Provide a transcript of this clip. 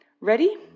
Ready